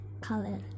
color